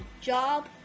job